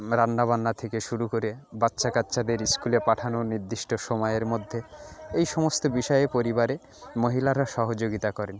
রান্না বান্না থেকে শুরু করে বাচ্চা কাচ্চাদের স্কুলে পাঠানো নির্দিষ্ট সময়ের মধ্যে এই সমস্ত বিষয়ে পরিবারে মহিলারা সহযোগিতা করেন